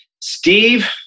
Steve